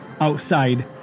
outside